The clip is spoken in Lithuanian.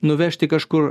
nuvežti kažkur